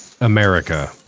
America